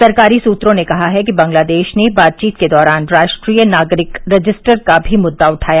सरकारी सुत्रों ने कहा है कि बंगलादेश ने बातचीत के दौरान राष्ट्रीय नागरिक रजिस्टर का भी मुद्दा उठाया